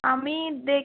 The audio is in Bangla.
আমি